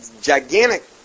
gigantic